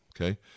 okay